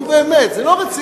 נו באמת, זה לא רציני.